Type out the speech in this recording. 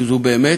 כי זו באמת